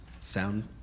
sound